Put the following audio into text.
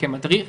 וכמדריך